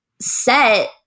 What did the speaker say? set